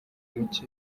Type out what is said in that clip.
muke